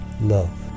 Love